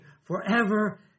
forever